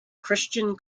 christian